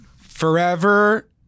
forever